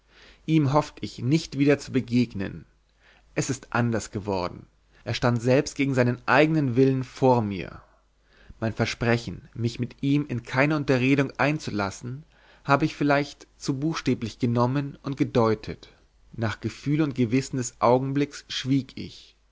ihm hofft ich nicht wieder zu begegnen es ist anders geworden er stand selbst gegen seinen eigenen willen vor mir mein versprechen mich mit ihm in keine unterredung einzulassen habe ich vielleicht zu buchstäblich genommen und gedeutet nach gefühl und gewissen des augenblicks schwieg ich